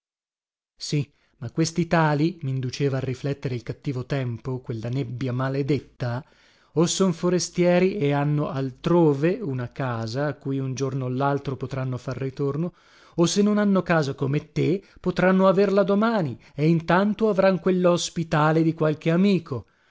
sì ma questi tali minduceva a riflettere il cattivo tempo quella nebbia maledetta o son forestieri e hanno altrove una casa a cui un giorno o laltro potranno far ritorno o se non hanno casa come te potranno averla domani e intanto avran quella ospitale di qualche amico